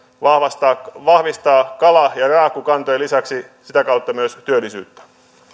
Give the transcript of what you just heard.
ja vahvistaa kala ja raakkukantojen lisäksi sitä kautta myös työllisyyttä